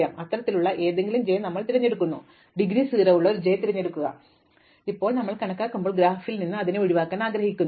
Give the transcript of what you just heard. അതിനാൽ അത്തരത്തിലുള്ള ഏതെങ്കിലും j ഞങ്ങൾ തിരഞ്ഞെടുക്കുന്നു ഡിഗ്രി 0 ഉള്ള ഒരു j തിരഞ്ഞെടുക്കുക അത് കണക്കാക്കുക ഇപ്പോൾ ഞങ്ങൾ കണക്കാക്കുമ്പോൾ ഗ്രാഫിൽ നിന്ന് ഒഴിവാക്കാൻ ഞങ്ങൾ ആഗ്രഹിക്കുന്നു